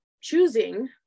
choosing